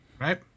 right